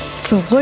Zurück